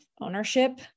ownership